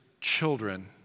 children